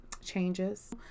changes